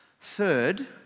Third